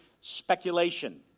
speculation